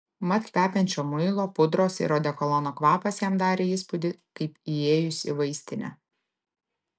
mat kvepiančio muilo pudros ir odekolono kvapas jam darė įspūdį kaip įėjus į vaistinę